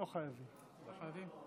חבריי חברי הכנסת,